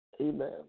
amen